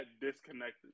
disconnected